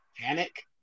Panic